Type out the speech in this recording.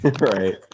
right